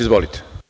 Izvolite.